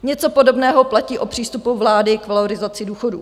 Něco podobného platí o přístupu vlády k valorizaci důchodů.